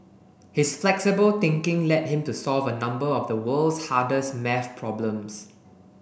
his flexible thinking led him to solve a number of the world's hardest maths problems